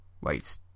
Wait